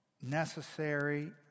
necessary